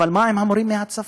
אבל מה עם המורים מהצפון?